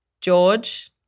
George